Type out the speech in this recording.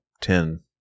ten